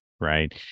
Right